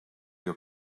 your